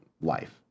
life